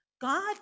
God